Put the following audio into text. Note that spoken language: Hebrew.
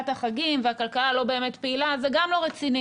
החגים והכלכלה לא באמת פעילה זה גם לא רציני,